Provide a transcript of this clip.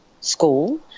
school